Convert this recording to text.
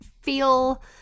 feel